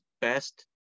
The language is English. best